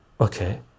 okay